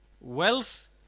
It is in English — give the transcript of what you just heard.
wealth